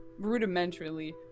rudimentarily